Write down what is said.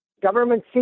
Government